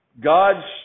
God's